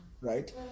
right